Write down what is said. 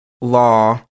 law